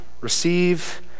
receive